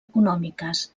econòmiques